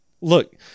Look